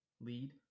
lead